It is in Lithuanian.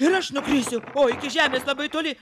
ir aš nukrisiu oi iki žemės labai toli